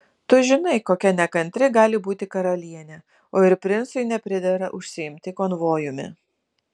tu žinai kokia nekantri gali būti karalienė o ir princui nepridera užsiimti konvojumi